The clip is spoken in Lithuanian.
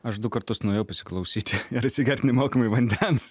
aš du kartus nuėjau pasiklausyti ir atsigert nemokamai vandens